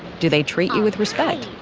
do they treat you with respect?